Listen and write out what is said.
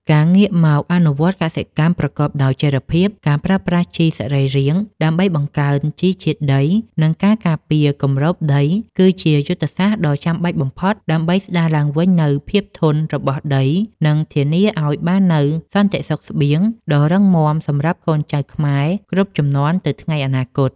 ការងាកមកអនុវត្តកសិកម្មប្រកបដោយចីរភាព ការប្រើប្រាស់ជីសរីរាង្គដើម្បីបង្កើនជីវជាតិដី និងការការពារគម្របដី គឺជាយុទ្ធសាស្ត្រដ៏ចាំបាច់បំផុតដើម្បីស្ដារឡើងវិញនូវ ភាពធន់របស់ដី និងធានាឱ្យបាននូវសន្តិសុខស្បៀងដ៏រឹងមាំសម្រាប់កូនចៅខ្មែរគ្រប់ជំនាន់ទៅថ្ងៃអនាគត។